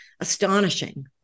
Astonishing